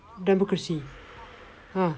democracy uh